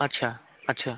আচ্ছা আচ্ছা